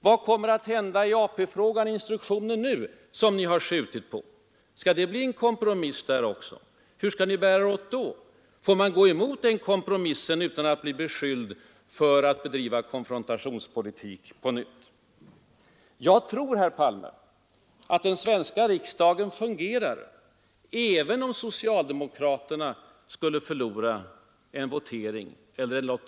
Vad kommer för övrigt nu att hända i AP-frågan, som ni tills vidare har skjutit på? Skall det bli en kompromiss där också? — kompromisser är ju så bara. Hur skall ni bära er åt då? Får vi gå emot den kompromissen, utan att på nytt bli beskyllda för att bedriva konfrontationspolitik? Jag tror, herr Palme, att den svenska riksdagen fungerar även om socialdemokraterna skulle förlora vid en votering eller lottdragning.